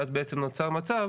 ואז בעצם נוצר מצב